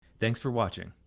thanks for watching.